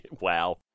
Wow